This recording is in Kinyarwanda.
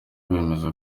bemeza